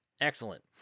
Excellent